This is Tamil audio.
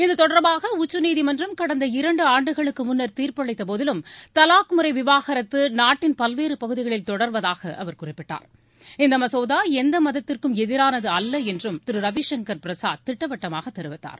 இதுதொடர்பாக உச்சநீதிமன்றம் கடந்த இரண்டு ஆண்டுகளுக்கு முன்னர் தீர்ப்பளித்த போதிலும் தலாக் முறை விவாகரத்து நாட்டின் பல்வேறு பகுதிகளில் தொடர்வதாக அவர் குறிப்பிட்டார் இந்த மசோதா எந்த மதத்திற்கும் எதிரானது அல்ல என்றும் திரு ரவிசங்கர் பிரசாத் திட்டவட்டமாக தெரிவித்தார்